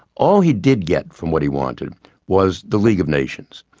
all he did get from what he wanted was the league of nations.